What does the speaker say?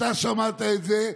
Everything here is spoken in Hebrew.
אתה שמעת את זה,